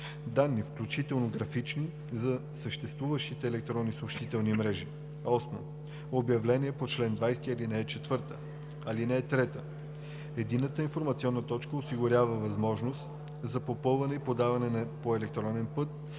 данни, включително графични, за съществуващите електронни съобщителни мрежи; 8. обявления по чл. 20, ал. 4. (3) Единната информационна точка осигурява възможност за попълване и подаване по електронен път